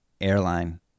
airline